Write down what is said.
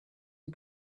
who